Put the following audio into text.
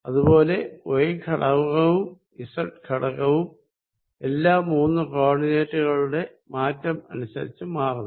അതുപോലെ y ഘടകവും z ഘടകവും എല്ലാ മൂന്നു കോ ഓർഡിനേറ്റുകളുടെ മാറ്റം അനുസരിച്ച മാറുന്നു